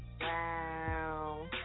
Wow